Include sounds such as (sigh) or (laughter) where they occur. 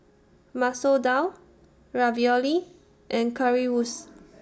Masoor Dal Ravioli and Currywurst (noise)